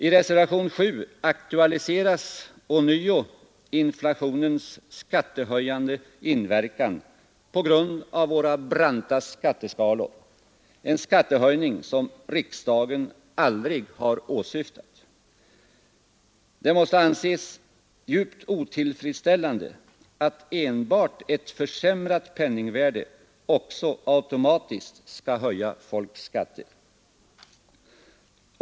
I reservationen 7 aktualiseras ånyo inflationens skattehöjande inverkan på grund av våra branta skatteskalor, en skattehöjning som riksdagen aldrig har åsyftat. Det måste anses djupt otillfredsställande att enbart ett försämrat penningvärde också automatiskt skall höja folks skatter.